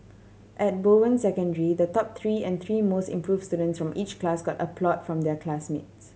at Bowen Secondary the top three and the three most improved students from each class got applause from their classmates